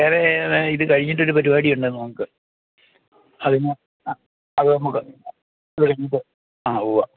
അത് ഇത് കഴിഞ്ഞിട്ട് ഒരു പരിപാടി ഉണ്ടായിരുന്നു നമുക്ക് അതിന് അത് നമുക്ക് ആ ഉവ്വാ